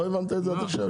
לא הבנת את זה עד עכשיו?